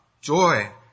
joy